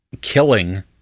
killing